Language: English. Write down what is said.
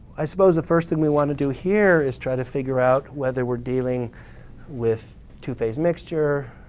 i suppose the first thing we want to do here is try to figure out whether we're dealing with two-phase mixture,